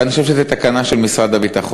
ואני חושב שזו תקנה של משרד הביטחון,